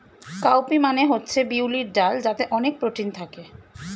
cow P মানে হচ্ছে বিউলির ডাল যাতে অনেক প্রোটিন থাকে